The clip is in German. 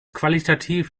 qualitativ